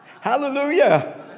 Hallelujah